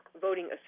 voting